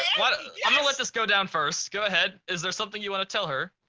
what ah yeah let's just go down first. go ahead. is there something you want to tell her?